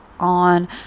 On